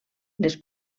les